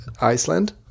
Iceland